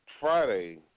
Friday